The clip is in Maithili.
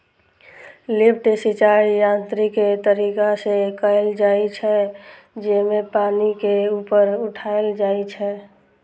लिफ्ट सिंचाइ यांत्रिक तरीका से कैल जाइ छै, जेमे पानि के ऊपर उठाएल जाइ छै